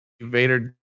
Vader